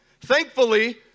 Thankfully